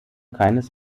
keines